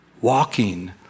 walking